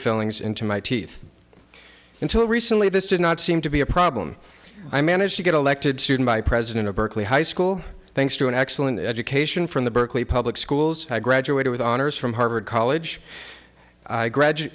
fillings into my teeth until recently this did not seem to be a problem i managed to get elected soon by president of berkeley high school thanks to an excellent education from the berkeley public schools i graduated with honors from harvard college graduate